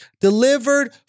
delivered